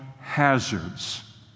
hazards